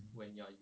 mm